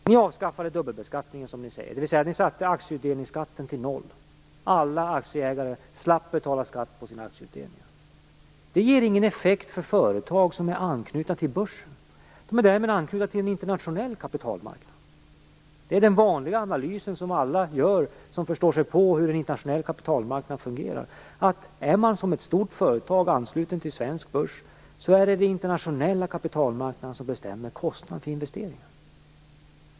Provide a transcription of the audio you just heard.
Ni avskaffade dubbelskattningen, som ni säger, dvs. ni satte aktieutdelningsskatten till noll, så att alla aktieägare slapp betala skatt på sin aktieutdelning. Det ger ingen effekt för företag som är anslutna till börsen och därmed också till en internationell kapitalmarknad. Det är den vanliga analysen, den som alla som förstår sig på hur en internationell kapitalmarknad fungerar. Vad gäller ett stort företag som är anslutet till svensk börs är det den internationella kapitalmarknaden som bestämmer kostnaden för investeringar.